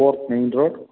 fourth main road